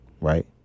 right